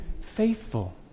faithful